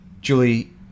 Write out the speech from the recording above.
Julie